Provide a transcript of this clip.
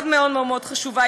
מאוד מאוד מאוד חשובה.